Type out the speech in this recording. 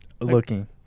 Looking